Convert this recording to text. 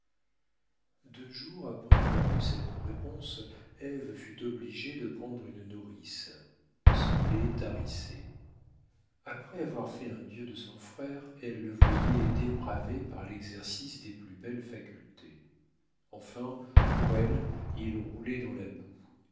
deux jours après avoir lu cette réponse ève fut obligée de prendre une nourrice son lait tarissait après avoir fait un dieu de son frère elle le voyait dépravé par l'exercice des plus belles facultés enfin pour elle il roulait dans la boue